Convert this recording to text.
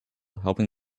helping